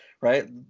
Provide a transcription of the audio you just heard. right